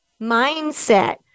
mindset